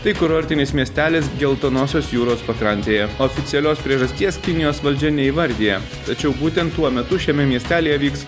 tai kurortinis miestelis geltonosios jūros pakrantėje oficialios priežasties kinijos valdžia neįvardija tačiau būtent tuo metu šiame miestelyje vyks